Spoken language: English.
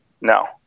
no